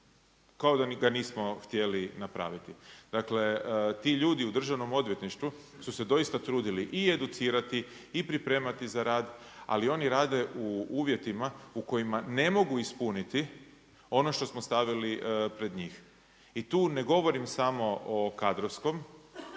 kao da ga nismo htjeli napraviti. Ti ljudi u Državnom odvjetništvu su se doista trudili i educirati i pripremati za rad, ali oni rade u uvjetima u kojima ne mogu ispuniti ono što smo stavili pred njih. I tu ne govorim samo o kadrovskom,